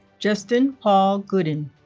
justin paul goodin